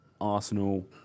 Arsenal